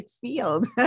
field